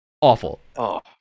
Awful